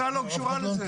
המועצה לא קשורה לזה,